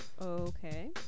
Okay